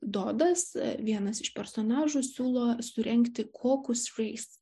dodas vienas iš personažų siūlo surengti kokusfreis